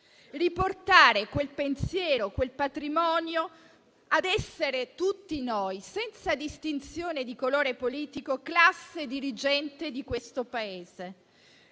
richiamare quel pensiero e quel patrimonio ed essere tutti noi, senza distinzione di colore politico, classe dirigente del Paese.